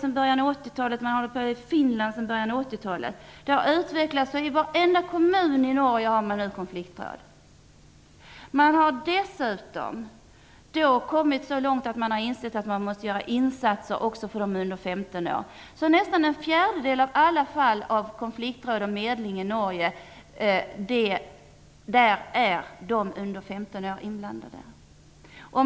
Detta har praktiserats i Norge och även i Finland sedan början av 80-talet. Det har utvecklats så att man i Norge nu har ett konfliktråd i varenda kommun. Man har dessutom kommit så långt att man insett att man måste göra insatser också för dem som är under 15 år. I nästan en fjärdedel av alla fall som innefattar konfliktråd och medling i Norge är ungdomar under 15 år inblandade.